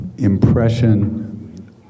impression